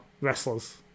wrestlers